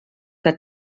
que